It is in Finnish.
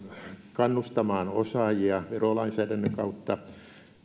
kannustamaan osaajia verolainsäädännön kautta